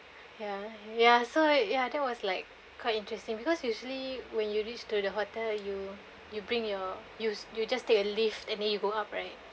ya ya so ya there was like quite interesting because usually when you reach to the hotel you you bring your use you just take a lift and then you go up right